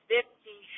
Fifty